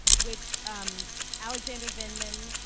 which um alexander vindman,